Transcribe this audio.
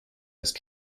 ist